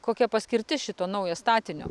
kokia paskirtis šito naujo statinio